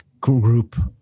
group-